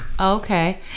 Okay